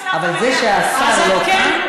אבל זה שהשר לא כאן,